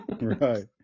Right